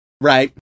right